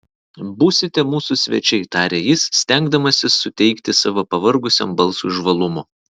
būsite mūsų svečiai tarė jis stengdamasis suteikti savo pavargusiam balsui žvalumo